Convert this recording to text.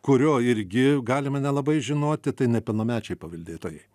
kurio irgi galima nelabai žinoti tai nepilnamečiai paveldėtojai